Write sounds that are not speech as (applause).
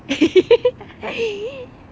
(laughs)